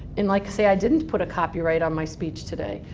and, like say, i didn't put a copyright on my speech today,